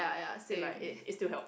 and like it it still help